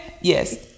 Yes